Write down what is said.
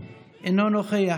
אינו נוכח,